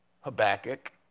Habakkuk